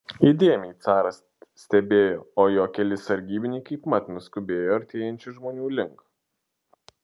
įdėmiai caras stebėjo o jo keli sargybiniai kaipmat nuskubėjo artėjančių žmonių link